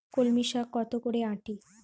কলমি শাখ কত করে আঁটি?